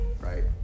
right